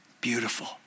Beautiful